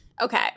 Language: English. okay